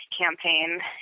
campaign